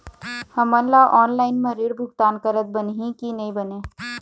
हमन ला ऑनलाइन म ऋण भुगतान करत बनही की नई बने?